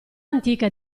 antica